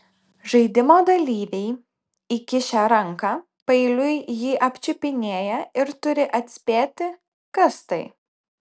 žaidimo dalyviai įkišę ranką paeiliui jį apčiupinėja ir turi atspėti kas tai